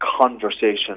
conversation